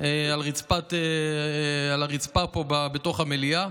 על הרצפה פה, בתוך המליאה,